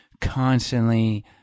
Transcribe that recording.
constantly